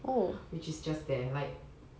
which is just there like